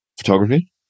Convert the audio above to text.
photography